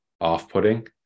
off-putting